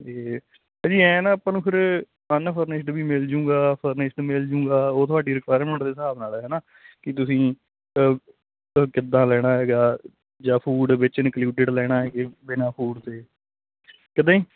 ਜੀ ਭਾਅ ਜੀ ਐ ਨਾ ਆਪਾਂ ਨੂੰ ਫਿਰ ਅਨਫੋਰਨਸਿਡ ਵੀ ਮਿਲ ਜਾਊਗਾ ਫਰਨਿਸ਼ਟ ਮਿਲ ਜੂਗਾ ਉਹ ਤੁਹਾਡੀ ਰਿਕਵਾਇਰਮੈਂਟ ਦੇ ਹਿਸਾਬ ਨਾਲ ਹਨਾ ਕਿ ਤੁਸੀਂ ਕਿੱਦਾਂ ਲੈਣਾ ਹੈਗਾ ਜਾਂ ਫੂਡ ਵਿੱਚ ਇੰਨਕਲਿਊਡਡ ਲੈਣਾ ਜਾਂ ਬਿਨਾਂ ਫੂਡ ਤੇ ਕਿੱਦਾਂ ਜੀ